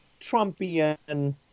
Trumpian